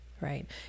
right